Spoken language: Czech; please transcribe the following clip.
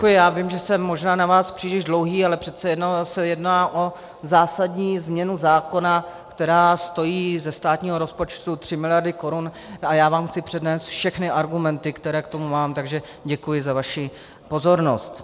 Já vím, že jsem možná na vás příliš dlouhý, ale přece jenom se jedná o zásadní změnu zákona, která stojí ze státního rozpočtu tři miliardy korun, a já vám chci přednést všechny argumenty, které k tomu mám, takže děkuji za vaši pozornost.